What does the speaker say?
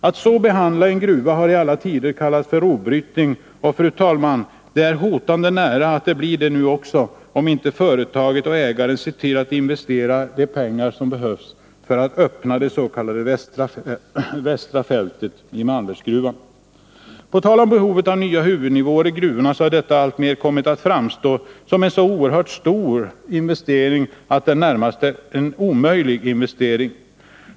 Att så behandla en gruva har i alla tider kallats för rovbrytning och, fru talman, det är hotande nära att bli det nu också, om inte företaget och ägaren ser till att investera de pengar som behövs för att öppna dets.k. Västra fältet i Malmbergsgruvan. På tal om behovet av nya huvudnivåer i gruvorna vill jag nämna att detta alltmer har kommit att framstå som en så oerhört stor investering att den är närmast omöjlig att göra.